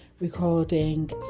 recording